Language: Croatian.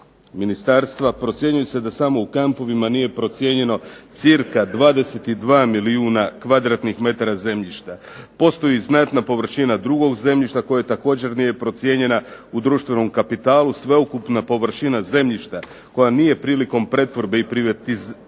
ministarstva procjenjuje se da samo u kampovima nije procijenjeno cirka 22 milijuna kvadratnih metara zemljišta. Postoji znatna površina drugog zemljišta koje također nije procijenjena u društvenom kapitalu, sveukupna površina zemljišta koja nije prilikom pretvorbe i privatizacije